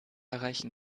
erreichen